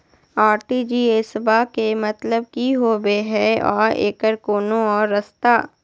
RTGS बा के मतलब कि होबे हय आ एकर कोनो और रस्ता?